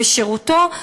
לשירותו,